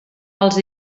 els